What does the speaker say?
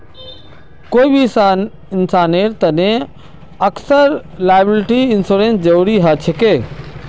कोई भी इंसानेर तने अक्सर लॉयबिलटी इंश्योरेंसेर जरूरी ह छेक